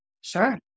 Sure